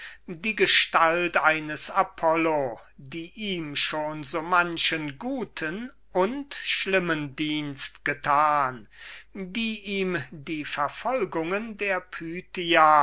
diese gestalt des vatikanischen apollo die ihm schon so manchen guten und schlimmen dienst getan die ihm die verfolgungen der pythia